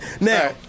Now